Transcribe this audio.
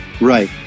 Right